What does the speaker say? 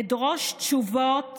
אדרוש תשובות